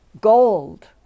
gold